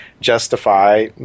justify